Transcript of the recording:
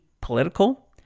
political